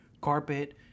Carpet